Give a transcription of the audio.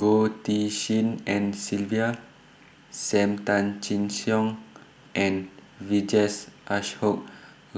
Goh Tshin En Sylvia SAM Tan Chin Siong and Vijesh Ashok